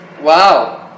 Wow